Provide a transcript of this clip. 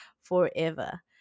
forever